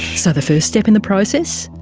so the first step in the process,